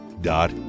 dot